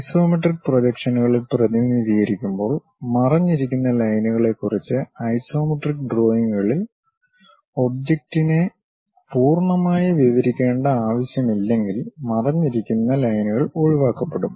isometric പ്രൊജക്ഷനുകളിൽ പ്രതിനിധീകരിക്കുമ്പോൾ മറഞ്ഞിരിക്കുന്ന ലൈൻകളെക്കുറിച്ച് ഐസോമെട്രിക് ഡ്രോയിംഗുകളിൽ ഒബ്ജക്റ്റിനെ പൂർണ്ണമായി വിവരിക്കേണ്ട ആവശ്യമില്ലെങ്കിൽ മറഞ്ഞിരിക്കുന്ന ലൈനുകൾ ഒഴിവാക്കപ്പെടും